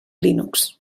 linux